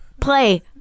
play